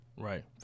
Right